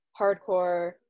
hardcore